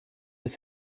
peut